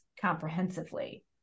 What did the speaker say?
comprehensively